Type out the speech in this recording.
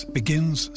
begins